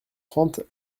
trente